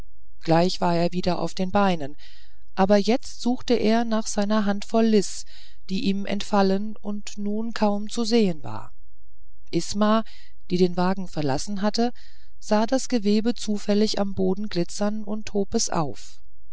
gleich war er wieder auf den beinen aber jetzt suchte er nach seiner handvoll lis die ihm entfallen und nun kaum zu sehen war isma die den wagen verlassen hatte sah das gewebe zufällig am boden glitzern und hob es auf